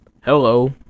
hello